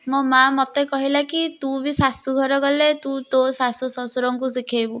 ମୋ ମାଆ ମୋତେ କହିଲା କି ତୁ ବି ଶାଶୁ ଘର ଗଲେ ତୁ ତୋ ଶାଶୁ ଶ୍ଵଶୁରଙ୍କୁ ଶିଖେଇବୁ